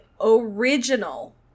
original